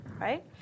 right